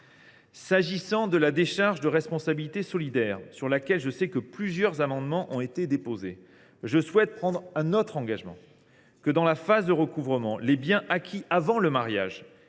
S’agissant de la décharge de responsabilité solidaire, sur laquelle plusieurs amendements ont été déposés, je souhaite prendre un autre engagement : dans la phase de recouvrement, les biens acquis avant le mariage